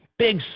Big